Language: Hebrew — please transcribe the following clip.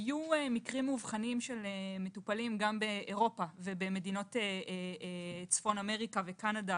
היו מקרים מאובחנים של מטופלים גם באירופה ובמדינות צפון אמריקה וקנדה,